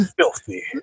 filthy